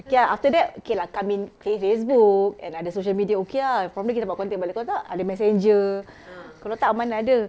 okay ah after that okay lah come in okay Facebook and other social media okay ah from there kita dapat contact balik kalau tak ada Messenger kalau tak mana ada